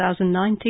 2019